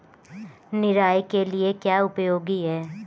निराई के लिए क्या उपयोगी है?